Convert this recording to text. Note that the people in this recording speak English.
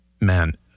man